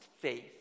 faith